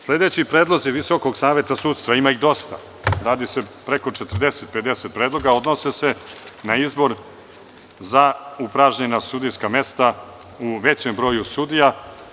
Sledeći predlozi Visokog saveta sudstva, ima ih dosta, radi se o preko 40-50 predloga, odnose se na izbor za upražnjena sudijska mesta u većem broju sudova.